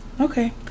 Okay